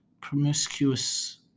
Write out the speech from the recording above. promiscuous